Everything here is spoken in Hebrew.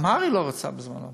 גם הר"י לא רצתה בזמנו.